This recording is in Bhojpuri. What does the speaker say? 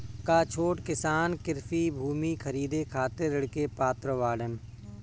का छोट किसान कृषि भूमि खरीदे खातिर ऋण के पात्र बाडन?